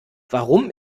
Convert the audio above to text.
warum